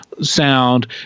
sound